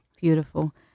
Beautiful